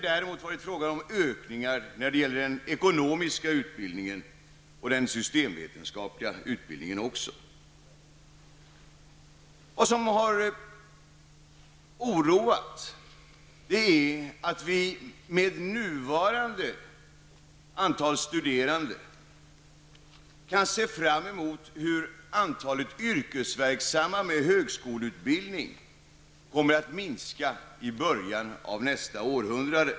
Däremot har kapaciteten ökat när det gäller den ekonomiska utbildningen och även beträffande den systemvetenskapliga utbildningen. Vad som har oroat är att vi med nuvarande antal studerande kan se fram emot hur antalet yrkesverksamma med högskoleutbildning kommer att minska i början av nästa århundrade.